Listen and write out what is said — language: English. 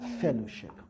fellowship